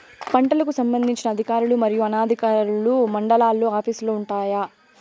పంటలకు సంబంధించిన అధికారులు మరియు అనధికారులు మండలాల్లో ఆఫీస్ లు వుంటాయి?